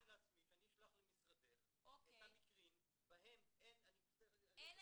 אני ציינתי לעצמי שאני אשלח למשרדך את המקרים בהם אין שום